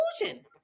illusion